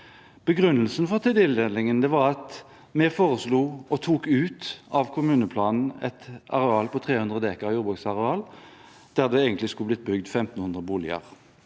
Begrunnelsen for tildelingen var at vi foreslo og tok ut av kommuneplanen et areal på 300 dekar jordbruksareal der det egentlig skulle ha blitt bygd 1 500 boliger.